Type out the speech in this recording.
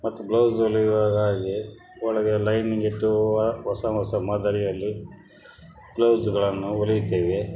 ಮತ್ತು ಬ್ಲೌಸ್ ಹೊಲಿಯುವಾಗ ಹಾಗೆಯೇ ಒಳಗೆ ಲೈನಿಂಗಿಟ್ಟು ಆ ಹೊಸ ಹೊಸ ಮಾದರಿಯಲ್ಲಿ ಬ್ಲೌಸುಗಳನ್ನು ಹೊಲಿಯುತ್ತೇವೆ